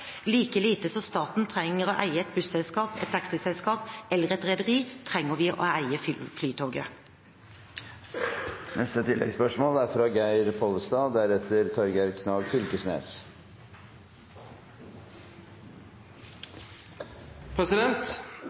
Like lite som staten trenger å eie et busselskap, et taxiselskap eller et rederi, trenger vi å eie Flytoget. Geir Pollestad – til oppfølgingsspørsmål. Jeg tror det er